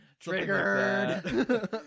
triggered